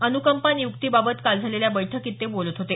अनुकंपा नियुक्तीबाबत काल झालेल्या बैठकीत ते बोलत होते